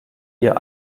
ihr